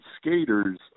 skaters